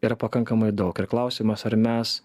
yra pakankamai daug ir klausimas ar mes